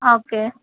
okay